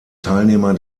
teilnehmer